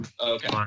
Okay